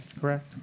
correct